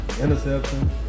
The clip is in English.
interception